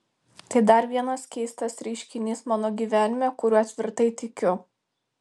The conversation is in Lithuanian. tai dar vienas keistas reiškinys mano gyvenime kuriuo tvirtai tikiu